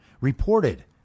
reported